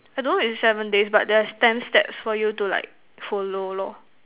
I don't know is Seven Days but there is ten steps for you to like follow lor